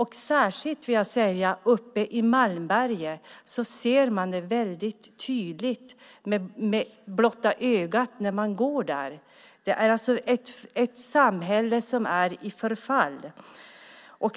Särskilt uppe i Malmberget ser man det mycket tydligt när man går där. Det är ett samhälle som är i förfall.